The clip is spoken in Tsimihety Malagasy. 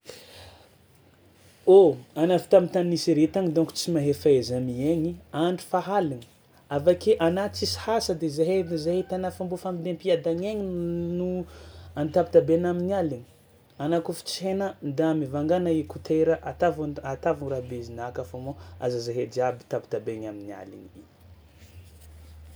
Oh, anà avy tam'tany nisy are tany dônko tsy mahay fahaiza-miaigny, andro fa haligny avy ake anà tsisy asa de zahay zahay itanà fa mbô fa ndeha ampiadagn'aigny no antabatabaina amin'ny aligny, anà kaofa fa tsy hainà da mivangana écouteur atavo t- atavo rabezinà ka fa mô aza zahay jiaby tabatabaigna amin'ny aligny.